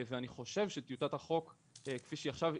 ואני חושב שטיוטת החוק כפי שהיא עכשיו,